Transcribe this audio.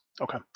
Okay